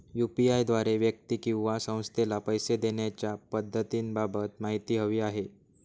UPI द्वारे व्यक्ती किंवा संस्थेला पैसे देण्याच्या पद्धतींबाबत माहिती हवी आहे